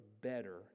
better